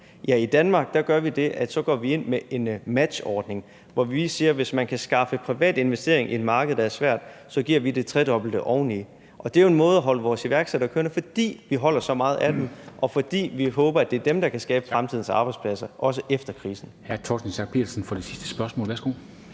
at vi går ind med en matchordning, hvor vi siger: Hvis man kan skaffe privat investering i et marked, der er svært, så giver vi det tredobbelte oveni, og det er jo en måde at holde vores iværksættere kørende på, fordi vi holder så meget af dem, og fordi vi håber, at det er dem, der kan skabe fremtidens arbejdspladser, også efter krisen. Kl. 13:49 Formanden (Henrik Dam